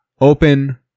open